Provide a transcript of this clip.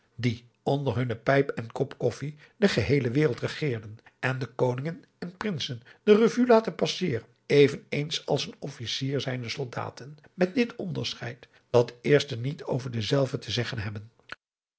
die onder hunne pijp en kop koffij de geheele wereld regeren en de koningen en prinsen de revue laten passeren even eens als een officier zijne soldaten met dit onderscheid dat de eerste niet over dezelve te zeggen hebben